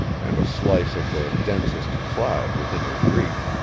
and a slice of the densest cloud within his reach,